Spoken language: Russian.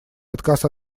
отказ